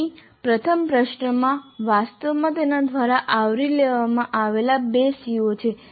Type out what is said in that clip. અહીં પ્રથમ પ્રશ્નમાં વાસ્તવમાં તેના દ્વારા આવરી લેવામાં આવેલા બે CO છે